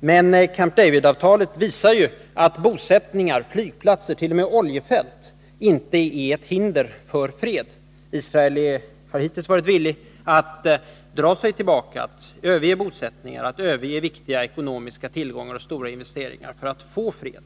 Men Camp David-avtalet visar att bosättningar, flygplatser, t.o.m. oljefält inte är något hinder för fred. Israel har hittills visat sig villig att dra sig tillbaka, överge bosättningar, överge viktiga ekonomiska tillgångar och stora investeringar för att få fred.